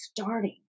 starting